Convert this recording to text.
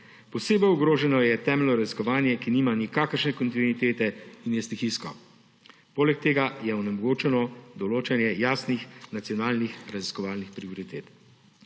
Posebej ogroženo je temeljno raziskovanje, ki nima nikakršne kontinuitete in je stihijsko. Poleg tega je onemogočeno določanje jasnih nacionalnih raziskovalnih prioritet.